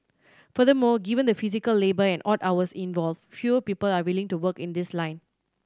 furthermore given the physical labour and odd hours involved fewer people are willing to work in this line